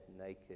naked